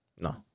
No